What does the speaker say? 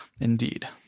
indeed